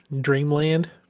Dreamland